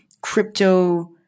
crypto